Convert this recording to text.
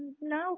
no